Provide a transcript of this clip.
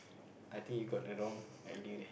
I think you got the wrong idea there